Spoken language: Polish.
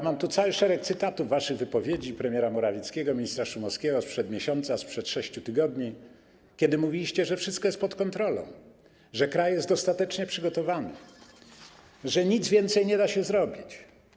Mam tu cały szereg cytatów z waszych wypowiedzi, premiera Morawieckiego, ministra Szumowskiego, sprzed miesiąca, sprzed 6 tygodni, kiedy mówiliście, że wszystko jest pod kontrolą, że kraj jest dostatecznie przygotowany, że nic więcej nie da się zrobić.